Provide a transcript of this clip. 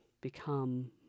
become